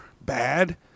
bad